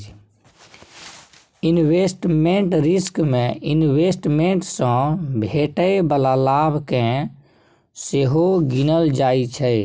investment risk मे investment सँ भेटै बला लाभ केँ सेहो गिनल जाइ छै